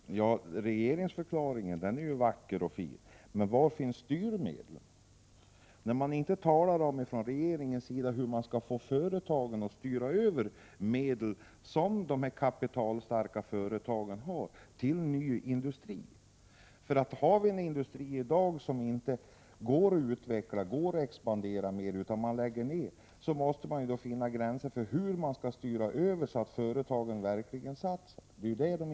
Fru talman! Det som sägs i regeringsförklaringen är ju vackert och fint, men var finns styrmedlen? Regeringen talar inte om hur man skall styra över medel från dessa kapitalstarka företag till ny industri. Har vi en industri som i dag inte går att utveckla mer utan som läggs ned, måste man finna medel att få företagen att verkligen satsa på ny industri.